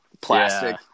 plastic